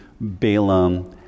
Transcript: Balaam